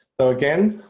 so again,